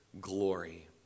glory